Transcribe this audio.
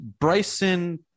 Bryson